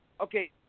okay